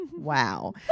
Wow